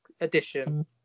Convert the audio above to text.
edition